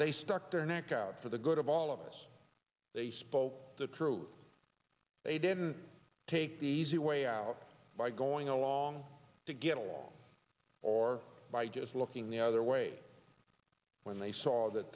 they stuck their neck out for the good of all of us they spoke the truth they didn't take the easy way out by going along to get along or by just looking the other way when they saw that